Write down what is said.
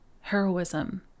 heroism